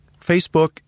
Facebook